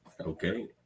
okay